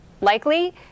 Likely